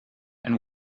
and